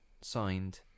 Signed